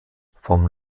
vom